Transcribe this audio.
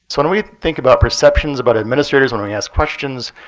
so when we think about perceptions about administrators, when we ask questions,